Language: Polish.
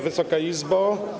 Wysoka Izbo!